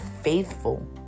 faithful